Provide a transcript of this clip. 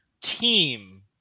team